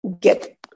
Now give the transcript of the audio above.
get